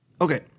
okay